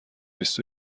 بیست